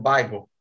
Bible